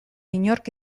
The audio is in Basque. inork